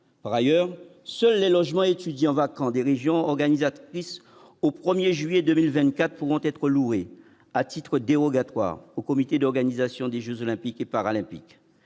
par ailleurs, seuls les logements étudiants vacants des régions organisatrices au 1er juillet 2024 pourront être loués à titre dérogatoire au comité d'organisation des Jeux olympiques et paralympiques,